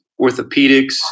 orthopedics